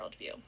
worldview